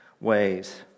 ways